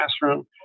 classroom